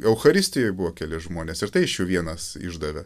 eucharistijoj buvo keli žmonės ir tai iš jų vienas išdavė